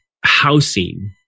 housing